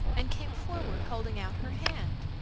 and came forward holding out her hand.